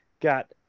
Got